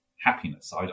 happiness